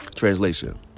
Translation